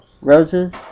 Rose's